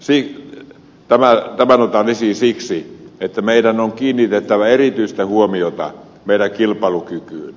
tämän otan esiin siksi että meidän on kiinnitettävä erityistä huomiota meidän kilpailukykyyn